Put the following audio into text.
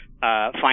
find